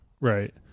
Right